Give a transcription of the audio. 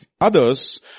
others